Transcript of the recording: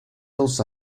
dos